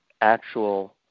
actual